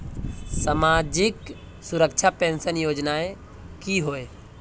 सामाजिक सुरक्षा पेंशन योजनाएँ की होय?